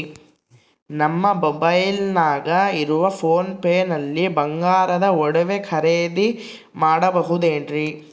ನಮ್ಮ ಮೊಬೈಲಿನಾಗ ಇರುವ ಪೋನ್ ಪೇ ನಲ್ಲಿ ಬಂಗಾರದ ಒಡವೆ ಖರೇದಿ ಮಾಡಬಹುದೇನ್ರಿ?